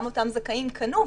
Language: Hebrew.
גם אותם זכאים קנו,